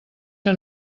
que